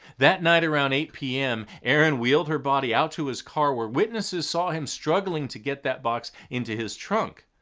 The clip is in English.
that night around eight zero pm, aaron wheeled her body out to his car where witnesses saw him struggling to get that box into his trunk.